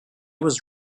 was